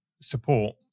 support